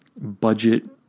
budget